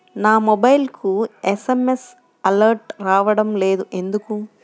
నా మొబైల్కు SMS alerts రావడం లేదు ఎందుకు?